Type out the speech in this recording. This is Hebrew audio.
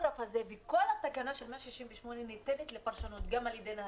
הטכוגרף הזה וכל התקנה של 168 ניתנת לפרשנות גם על ידי נהגים,